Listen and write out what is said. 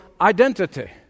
identity